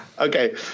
Okay